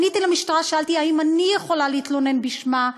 פניתי למשטרה, שאלתי אם אני יכולה להתלונן בשמה.